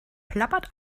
plappert